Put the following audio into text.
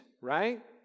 right